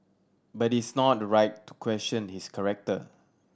but it's not right to question his character